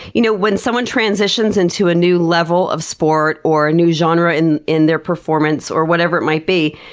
you know when someone transitions into a new level of sport or new genre in in their performance or whatever it might be,